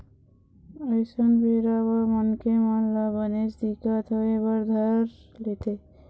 अइसन बेरा म मनखे मन ल बनेच दिक्कत होय बर धर लेथे